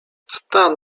stan